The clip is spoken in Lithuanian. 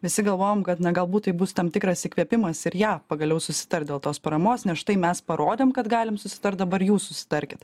visi galvojom kad na galbūt bus tam tikras įkvėpimas ir jav pagaliau susitart dėl tos paramos nes štai mes parodėm kad galim susitart dabar jūs susitarkit